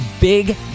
big